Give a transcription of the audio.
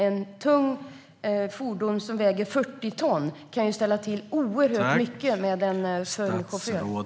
Ett tungt fordon som väger 40 ton kan ju ställa till oerhört mycket med en full chaufför.